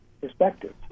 perspective